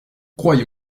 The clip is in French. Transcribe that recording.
croyez